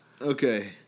Okay